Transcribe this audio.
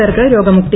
പേർക്ക് രോഗമുക്തി